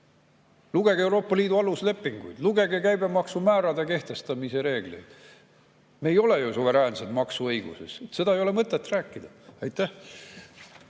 Lugege Euroopa Liidu aluslepinguid. Lugege käibemaksumäärade kehtestamise reegleid. Me ei ole ju suveräänsed maksuõiguses. Seda ei ole mõtet rääkida. Aitäh!